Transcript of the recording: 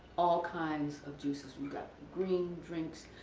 all kinds of juices, we've got green drinks,